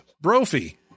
Brophy